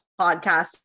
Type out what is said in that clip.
podcast